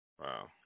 wow